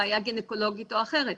בעיה גניקולוגית או אחרת.